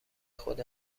خود